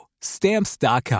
stamps.com